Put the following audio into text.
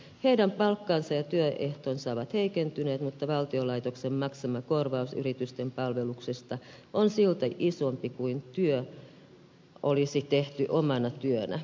heidän palkkansa ja työehtonsa ovat heikentyneet mutta valtion laitoksen maksama korvaus yritysten palveluksesta on silti isompi kuin jos työ olisi tehty omana työnä